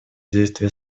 действия